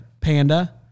Panda